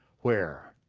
where